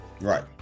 right